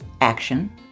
Action